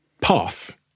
path